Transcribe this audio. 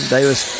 Davis